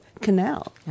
Canal